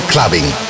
Clubbing